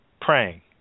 praying